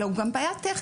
אלא הוא גם בעיה טכנית.